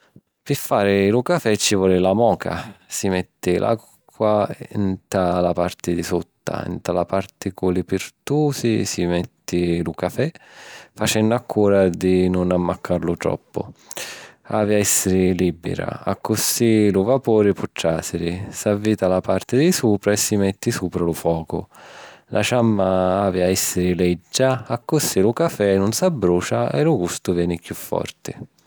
Pi fari lu cafè ci voli la moca. Si metti l’acqua nta la parti di sutta. Nta la parti cu li pirtusi si metti lu cafè, facennu accura di nun ammaccallu troppu. Havi a èssiri lìbira, accussì lu vapuri po tràsiri. S’avvita la parti di supra e si metti supra lu focu. La ciamma havi a èssiri leggia, accussì lu cafè nun s’abbrucia e lu gustu veni chiù forti